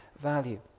value